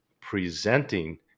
presenting